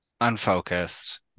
unfocused